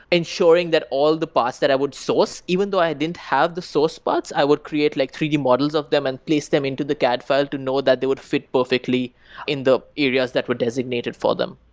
ensuring that all the parts that i would source, even though i didn't have the sourced parts, i would create like three d models of them and place them into the cad file to know that they would fit perfectly in the areas that were designated for them.